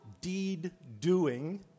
deed-doing